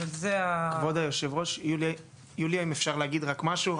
כבוד היושבת ראש יוליה, אם אפשר להגיד משהו.